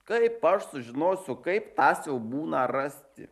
kaip aš sužinosiu kaip tą siaubūną rasti